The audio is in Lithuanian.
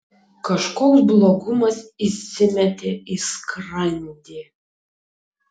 kažkoks blogumas įsimetė į skrandį